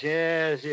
yes